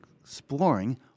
exploring